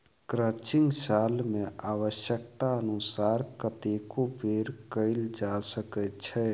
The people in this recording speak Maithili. क्रचिंग साल मे आव्श्यकतानुसार कतेको बेर कयल जा सकैत छै